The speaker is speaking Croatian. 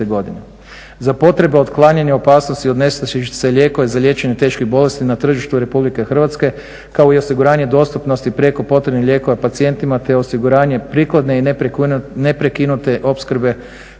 Za potrebe otklanjanja opasnosti od nestašice lijekova za liječenje teških bolesti na tržištu RH, kao i osiguranje dostupnosti prijeko potrebnih lijekova pacijentima te osiguranje prikladne i neprekinute opskrbe